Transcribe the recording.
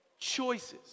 Choices